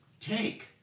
Take